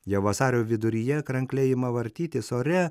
jau vasario viduryje krankliai ima vartytis ore